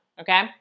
okay